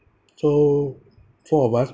so four of us